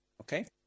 Okay